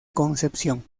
concepción